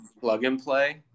plug-and-play